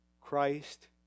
Christ